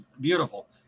beautiful